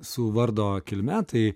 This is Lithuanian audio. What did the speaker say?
su vardo kilme tai